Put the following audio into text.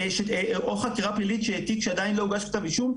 או חקירה פלילית של תיק שעדיין הוגש בו כתב אישום,